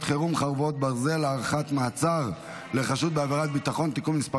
חירום (חרבות ברזל) (הארכת מעצר לחשוד בעבירת ביטחון) (תיקון מס'